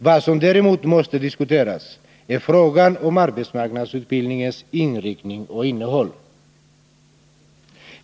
Vad som däremot måste diskuteras är frågan om AMU-utbildningens inriktning och innehåll.